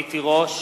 רונית תירוש,